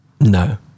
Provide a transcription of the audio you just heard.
No